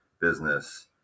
business